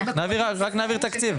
רק נעביר תקציב.